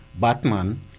Batman